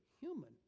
human